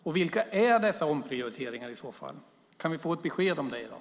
Vilka är dessa omprioriteringar i så fall? Kan vi få ett besked om det i dag?